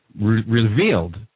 revealed